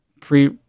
pre